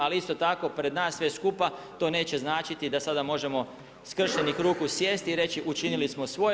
Ali isto tako pred nas sve skupa to neće značiti da sada možemo skrštenih ruku sjesti i reći učinili smo svoje.